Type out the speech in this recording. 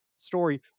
story